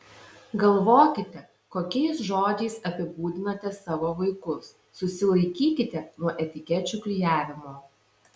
galvokite kokiais žodžiais apibūdinate savo vaikus susilaikykite nuo etikečių klijavimo